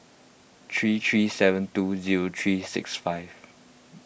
three three seven two zero three six five